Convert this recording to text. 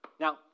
Now